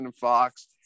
Fox